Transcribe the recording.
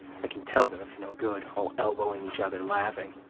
i can tell they're up to no good, all elbowing each other, laughing.